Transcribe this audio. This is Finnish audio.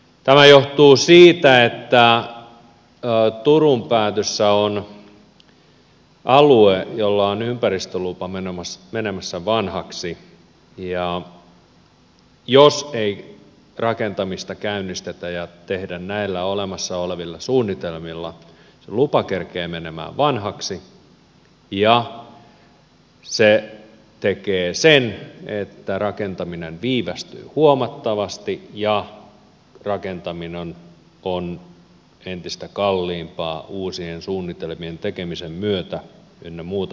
tämä johtuu siitä että turun päädyssä on alue jolla on ympäristölupa menemässä vanhaksi ja jos ei rakentamista käynnistetä ja tehdä näillä olemassa olevilla suunnitelmilla niin lupa kerkeää menemään vanhaksi ja se tekee sen että rakentaminen viivästyy huomattavasti ja rakentaminen on entistä kalliimpaa uusien suunnitelmien tekemisen myötä ynnä muuta